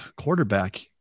quarterback